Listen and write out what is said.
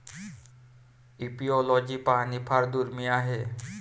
apiology पाहणे फार दुर्मिळ आहे